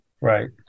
Right